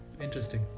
Interesting